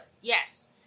Yes